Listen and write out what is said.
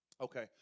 Okay